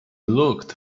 looked